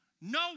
No